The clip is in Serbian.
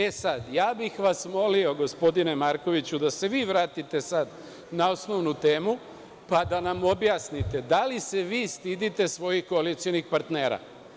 E, sad ja bih vas molio, gospodine Markoviću da se vi vratite sad na osnovnu temu, pa da nam objasnite da li se vi stidite svojih koalicionih partnera?